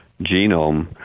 genome